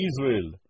Israel